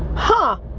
huh,